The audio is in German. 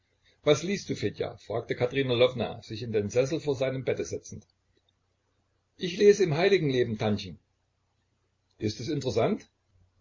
was liest du fedja fragte katerina lwowna sich in den sessel vor seinem bette setzend ich lese im heiligenleben tantchen ist es interessant